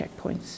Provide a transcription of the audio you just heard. checkpoints